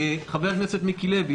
חבר הכנסת מיקי לוי,